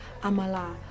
amala